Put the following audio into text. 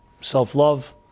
self-love